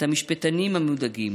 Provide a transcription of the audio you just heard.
את המשפטנים המודאגים,